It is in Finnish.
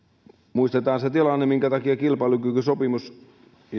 muistetaan se tilanne minkä takia kilpailukykysopimus